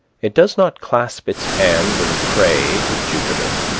it does not clasp its hands and pray to jupiter.